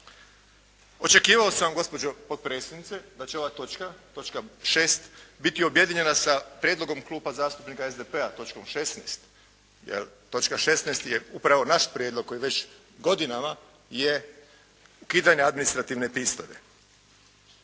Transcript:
Očekivao sam gospođo potpredsjednice da će ova točka, točka 6. biti objedinjena sa prijedlogom Kluba zastupnika SDP-a točkom 16. jer točka 16. je upravo naš prijedlog koji već godinama je ukidanje administrativne pristojbe.